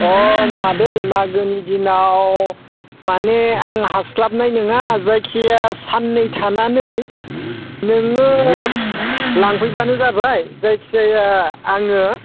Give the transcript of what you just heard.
अह मादै मागोनि दिनाव माने आं हास्लाबनाय नङा जायखिया सान्नै थानानै नोङो लांफैबानो जाबाय जायखि जाया आङो